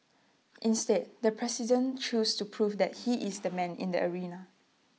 instead the president chose to prove that he is the man in the arena